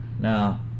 Now